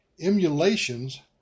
emulations